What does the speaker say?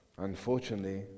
unfortunately